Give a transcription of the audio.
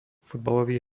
futbalový